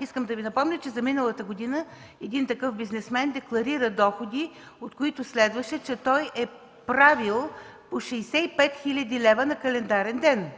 Искам да Ви напомня, че за миналата година един такъв бизнесмен декларира доходи, от които следваше, че той е правил по 65 хил. лв. на календарен ден.